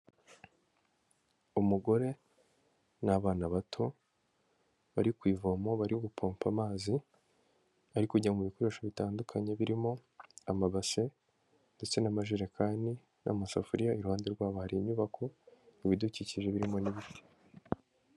Umugore n'abana bato bari ku ivomo bari gupompa amazi ari kujya mu bikoresho bitandukanye birimo amabase ndetse n'amajerekani n'amasafuriya, iruhande rwaba hari inyubako ibidukikije birimo n'ibiti.